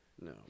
No